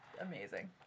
amazing